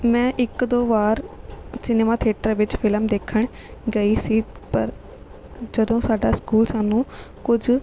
ਮੈਂ ਇੱਕ ਦੋ ਵਾਰ ਸਿਨੇਮਾ ਥੀਏਟਰ ਵਿੱਚ ਫਿਲਮ ਦੇਖਣ ਗਈ ਸੀ ਪਰ ਜਦੋਂ ਸਾਡਾ ਸਕੂਲ ਸਾਨੂੰ ਕੁਝ